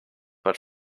but